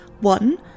One